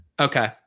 Okay